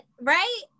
right